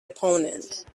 opponent